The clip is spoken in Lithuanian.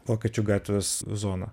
vokiečių gatvės zoną